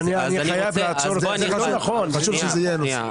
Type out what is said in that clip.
אני מניח שאם 50 משקיעים היו באים אליך היית מקבל